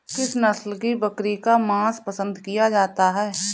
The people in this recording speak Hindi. किस नस्ल की बकरी का मांस पसंद किया जाता है?